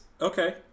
Okay